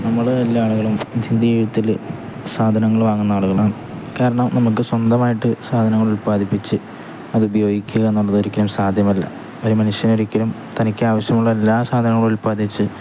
നമ്മള് എല്ലാ ആളുകളും നിത്യ ജീവിതത്തില് സാധനങ്ങള് വാങ്ങുന്ന ആളുകളാണ് കാരണം നമുക്കു സ്വന്തമായിട്ടു സാധനങ്ങൾ ഉൽപാദിപ്പിച്ച് അത് ഉപയോഗിക്കുക എന്നുള്ളതൊരിക്കലും സാധ്യമല്ല ഒരു മനുഷ്യനൊരിക്കലും തനിക്കാവവശ്യമുള്ള എല്ലാ സാധനങ്ങളും ഉൽപാദിപ്പിച്ച്